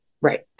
right